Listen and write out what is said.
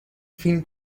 فیلم